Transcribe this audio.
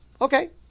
Okay